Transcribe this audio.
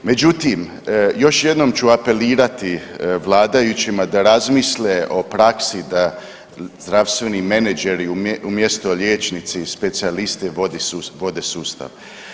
Međutim, još jednom ću apelirati vladajućima da razmisle o praksi da zdravstveni menadžeri umjesto liječnici i specijalisti vode sustav.